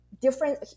different